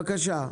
בבקשה.